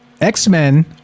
X-Men